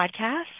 podcast